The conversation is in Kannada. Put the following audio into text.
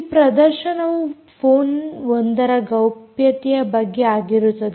ಈ ಪ್ರದರ್ಶನವು ಫೋನ್ 1 ರ ಗೌಪ್ಯತೆಯ ಬಗ್ಗೆ ಆಗಿರುತ್ತದೆ